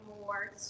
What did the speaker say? more